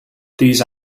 these